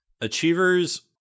achievers